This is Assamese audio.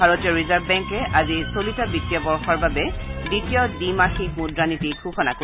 ভাৰতীয় ৰিজাৰ্ভ বেংকে আজি চলিত বিত্তীয় বৰ্ষৰ বাবে দ্বিতীয় দ্বিমাসিক মূদ্ৰানীতি ঘোষণা কৰিব